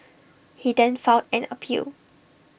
he then filed an appeal